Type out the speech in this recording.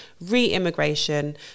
re-immigration